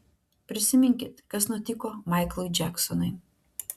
prisiminkit kas nutiko maiklui džeksonui